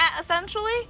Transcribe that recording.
essentially